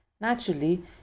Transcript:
Naturally